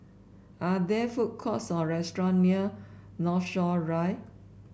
are there food courts or restaurant near Northshore Drive